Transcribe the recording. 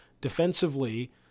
defensively